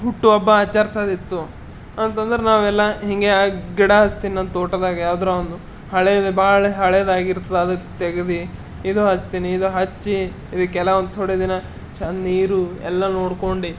ಹುಟ್ಟುಹಬ್ಬ ಆಚರಿಸೋದಿತ್ತು ಅಂತಂದರೆ ನಾವೆಲ್ಲ ಹಿಂಗೆ ಗಿಡ ಹಚ್ತೀನಿ ನಮ್ಮ ತೋಟದಾಗೆ ಯಾವುದರಾ ಒಂದು ಹಳೇದು ಭಾಳ ಹಳೇದಾಗಿರ್ತು ಅದ್ರ ತೆಗೆದು ಇದು ಹಚ್ತೀನಿ ಇದು ಹಚ್ಚಿ ಇದಕ್ಕೆಲ್ಲ ಒಂದು ಥೋಡೆ ದಿನ ಚೆಂದ ನೀರು ಎಲ್ಲ ನೋಡ್ಕೊಂಡು